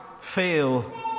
fail